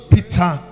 Peter